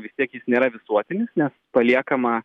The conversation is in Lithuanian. vis tiek jis nėra visuotinis nes paliekama